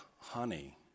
honey